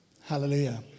Hallelujah